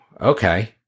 okay